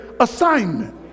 assignment